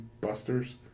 Busters